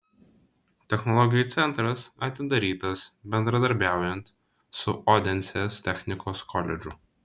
technologijų centras atidarytas bendradarbiaujant su odensės technikos koledžu